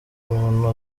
umuntu